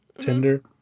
Tinder